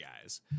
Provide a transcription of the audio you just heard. guys